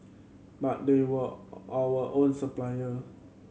but they were our own supplier